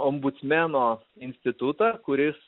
ombudsmeno institutą kuris